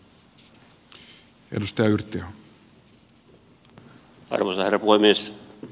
arvoisa herra puhemies